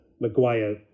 Maguire